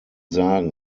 sagen